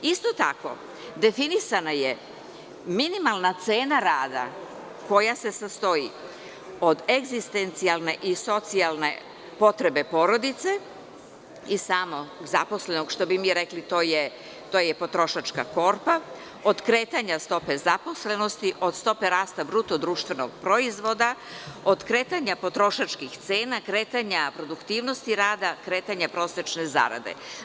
Isto tako, definisana je minimalna cena rada koja se sastoji od egzistencijalne i socijalne potrebe porodice i samog zaposlenog, što bi mi rekli to je potrošačka korpa, od kretanja stope zaposlenosti, od stope rasta BDP, od kretanja potrošačkih cena, kretanja produktivnosti rada, kretanja prosečne zarade.